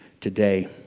today